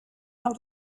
how